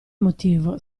motivo